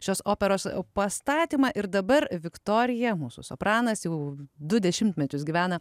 šios operos pastatymą ir dabar viktorija mūsų sopranas jau du dešimtmečius gyvena